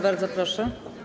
Bardzo proszę.